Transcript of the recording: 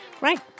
Right